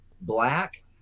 black